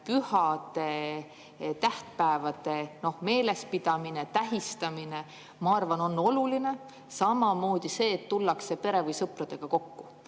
pühade, tähtpäevade meelespidamine, tähistamine, on minu meelest oluline, samamoodi see, et tullakse pere või sõpradega kokku. Kui